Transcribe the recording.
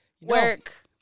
Work